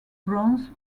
bronze